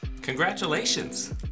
Congratulations